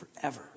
forever